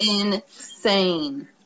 insane